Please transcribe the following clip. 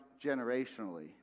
generationally